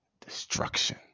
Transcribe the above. destruction